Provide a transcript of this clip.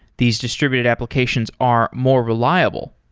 these distributed applications are more reliable.